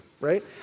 right